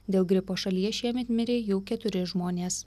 dėl gripo šalyje šiemet mirė jau keturi žmonės